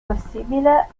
possibile